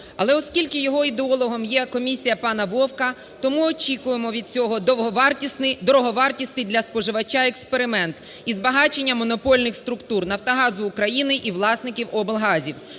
Але оскільки його ідеологом є комісія пана Вовка, то ми очікуємо від цього довговартісний… дороговартісний для споживача експеримент і збагачення монопольних структур: "Нафтогазу України" і власників облгазів.